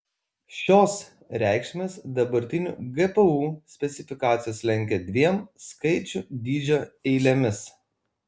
šios reikšmės dabartinių gpu specifikacijas lenkia dviem skaičių dydžio eilėmis